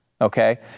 Okay